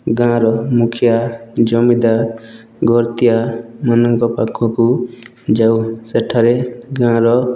ଗାଁ ର ମୁଖିଆ ଜମିଦାର ଗର୍ତିୟା ମାନଙ୍କ ପାଖକୁ ଯାଉ ସେଠାରେ ଗାଁ ର